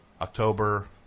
October